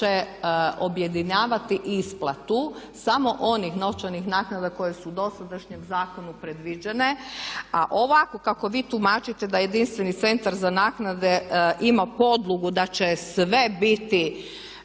objedinjavati isplatu samo onih novčanih naknada koje su u dosadašnjem zakonu predviđene, a ovako kako vi tumačite da jedinstveni Centar za naknade ima podlogu da će sve biti